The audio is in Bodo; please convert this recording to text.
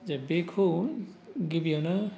जे बेखौ गिबियावनो